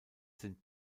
sind